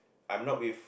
I'm not with